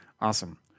Awesome